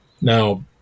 Now